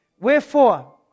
Wherefore